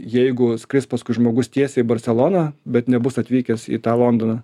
jeigu skris paskui žmogus tiesiai į barseloną bet nebus atvykęs į tą londoną